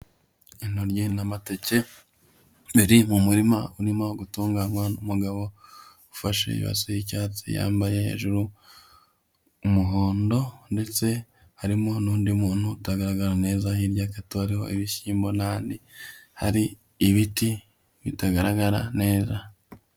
Intoryi n'amateke biri mu muririma urimo gutunganywa n'mugabo ufashe ibase y'icyatsi, yambaye hejuru umuhondo ndetse harimo n'undi muntu utagaragara neza. Hirya gato harimo ibishyimbo n'ahandi hari ibiti bitagaragara neza.